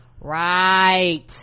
right